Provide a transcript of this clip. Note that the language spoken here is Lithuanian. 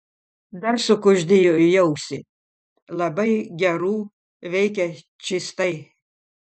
dar sukuždėjo į ausį labai gerų veikia čystai